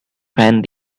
fan